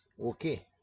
Okay